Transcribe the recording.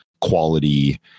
quality